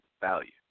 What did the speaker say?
value